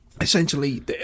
essentially